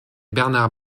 bernard